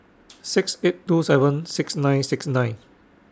six eight two seven six nine six nine